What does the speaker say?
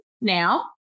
now